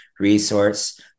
resource